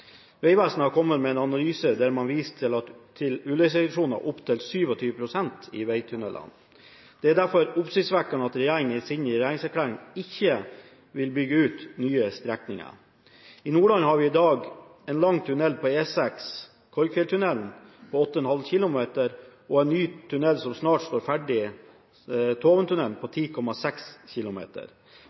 Vegvesenet har kommet med en analyse der man viser til ulykkereduksjoner på opptil 27 pst. i vegtunneler. Det er derfor oppsiktsvekkende at regjeringen i sin regjeringserklæring ikke vil bygge ut nye strekninger. I Nordland har vi en lang tunnel på E6, Korgfjelltunnelen på 8,5 km, og en ny tunnel som snart står ferdig, Toventunnelen på 10,6 km.